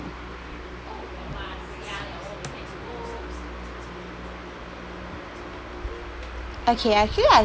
okay actually I